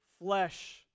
flesh